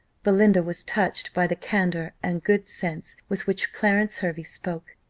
belinda was touched by the candour and good sense with which clarence hervey spoke.